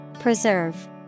Preserve